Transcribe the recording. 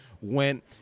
went